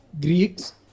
Greeks